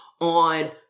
on